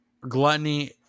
Gluttony